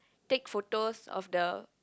take photos of the